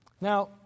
Now